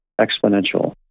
exponential